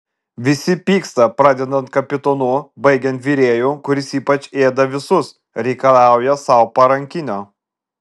visi pyksta pradedant kapitonu baigiant virėju kuris ypač ėda visus reikalauja sau parankinio